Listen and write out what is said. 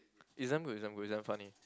it's damn good it's damn good it's damn funny